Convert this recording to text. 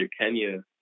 Kenya